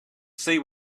see